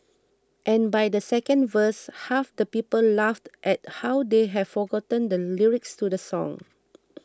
and by the second verse half the people laughed at how they have forgotten the lyrics to the song